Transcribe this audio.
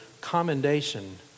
commendation